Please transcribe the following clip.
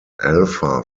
alpha